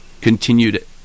continued